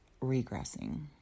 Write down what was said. regressing